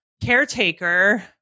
caretaker